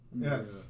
Yes